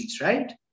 right